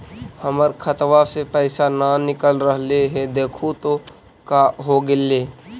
हमर खतवा से पैसा न निकल रहले हे देखु तो का होगेले?